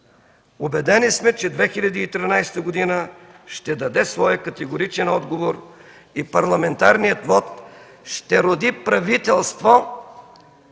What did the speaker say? Убедени сме, че 2013 г. ще даде своя категоричен отговор и парламентарният вот ще роди правителство